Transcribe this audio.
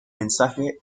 mensaje